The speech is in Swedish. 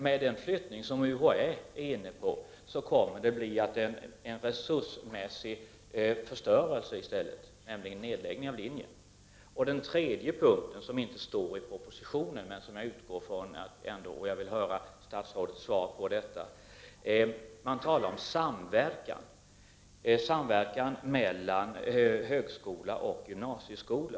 Men den flyttning som UHÄ är inne på kommer att innebära en resursmässig förstörelse i form av en nedläggning av linjen. Den tredje punkten tas inte upp i regeringens proposition. Men jag skulle ändå vilja ha ett svar från statsrådet. Man talar om samverkan mellan högskola och gymnasieskola.